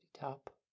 top